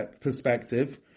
perspective